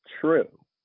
true